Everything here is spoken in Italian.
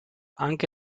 anche